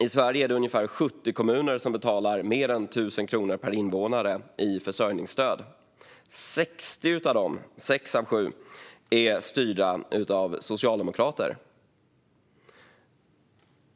I Sverige är det ungefär 70 kommuner som betalar mer än 1 000 kronor per invånare i försörjningsstöd. 60 av dessa - alltså sex av sju kommuner - är styrda av socialdemokrater.